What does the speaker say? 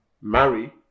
marry